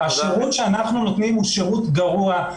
השירות שאנחנו נותנים הוא שירות גרוע,